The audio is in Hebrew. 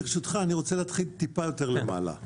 ברשותך, אני רוצה להתחיל טיפה יותר למעלה.